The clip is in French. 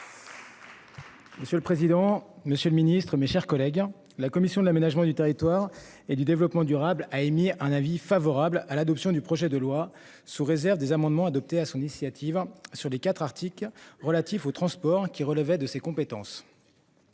Monsieur le président, Monsieur le Ministre, mes chers collègues, la commission de l'aménagement du territoire et du développement durable a émis un avis favorable à l'adoption du projet de loi, sous réserve des amendements adoptés à son initiative sur les quatre Arctique relatif au transport qui relevait de ses compétences.